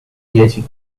dieci